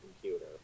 computer